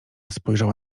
spojrzała